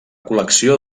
col·lecció